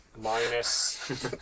Minus